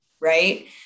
right